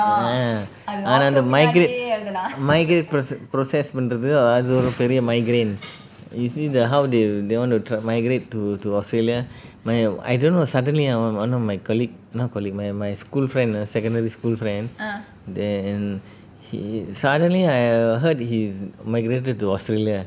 ah ஆனா இந்த:aana intha migrate migrate proce~ process பண்றது அது ஒரு பெரிய:panrathu adhu oru periya migrain you see the how they want to tr~ migrate to to australia I don't know suddenly ah one one of my colleague not colleague my my school friend ah secondary school friend then he suddenly I heard he's migrated to australia